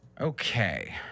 Okay